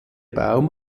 baum